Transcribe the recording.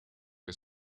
que